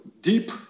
deep